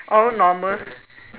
all normal